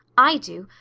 i do,